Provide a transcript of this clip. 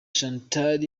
chantal